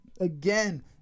again